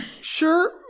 sure